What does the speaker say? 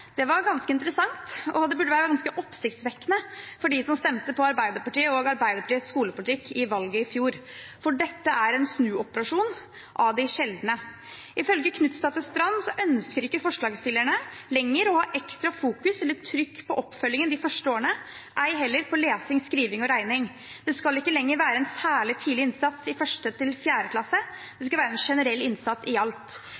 forslaget var ganske interessant. Det burde være ganske oppsiktsvekkende for dem som stemte på Arbeiderpartiet, og Arbeiderpartiets skolepolitikk, ved valget i fjor, for dette er en snuoperasjon av de sjeldne. Ifølge Marit Knutsdatter Strand ønsker ikke forslagsstillerne lenger å ha ekstra fokus eller trykk på oppfølgingen de første årene, ei heller på lesing, skriving og regning. Det skal ikke lenger være en særlig tidlig innsats i 1.–4. klasse;